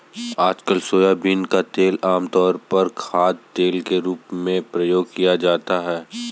आजकल सोयाबीन का तेल आमतौर पर खाद्यतेल के रूप में प्रयोग किया जाता है